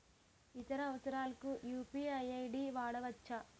ఇతర అవసరాలకు UPI ID వాడవచ్చా?